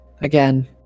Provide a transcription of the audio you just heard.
again